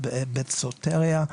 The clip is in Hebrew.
בית סוטריה,